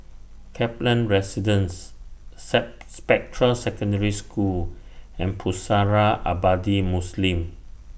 Kaplan Residence Spectra Secondary School and Pusara Abadi Muslim